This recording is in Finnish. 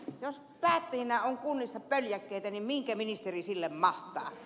jos päättäjinä on kunnissa pöljäkkeitä niin minkä ministeri sille mahtaa